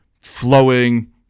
flowing